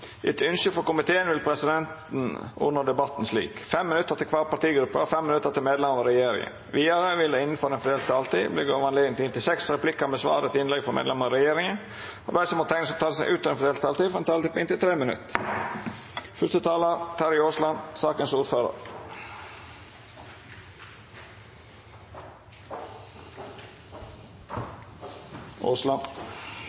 Etter ønske fra utenriks- og forsvarskomiteen vil presidenten ordne debatten slik: 5 minutter til hver partigruppe og 5 minutter til medlemmer av regjeringen. Videre vil det – innenfor den fordelte taletid – bli gitt anledning til inntil seks replikker med svar etter innlegg fra medlemmer av regjeringen, og de som måtte tegne seg på talerlisten utover den fordelte taletid, får en taletid på inntil 3 minutter.